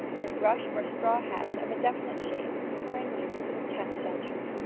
and rush or straw hats of a definite shape were in use to the tenth century.